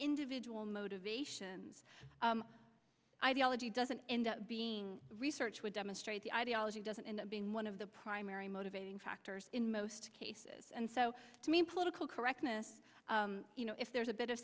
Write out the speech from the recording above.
individual motivations ideology doesn't end up being research would demonstrate the ideology doesn't end up being one of the primary motivating factors in most cases and so to me in political correctness you know if there's a bit of